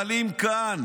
אבל אם כאן,